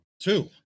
two